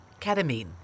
ketamine